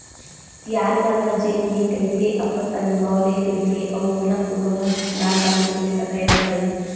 सियान मन ह जेन भी कहिथे अपन अनभव ले कहिथे अउ ओला कोनो ह झुठला घलोक नइ सकय न भई